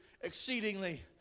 exceedingly